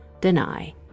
deny